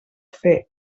fer